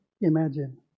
imagine